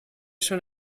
schon